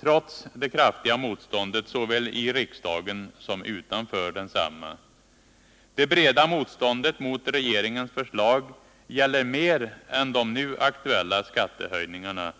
trots det kraftiga motståndet såväl i riksdagen som utanför densamma. Det breda motståndet mot regeringens förslag gäller mer än de nu aktuella skattehöjningarna.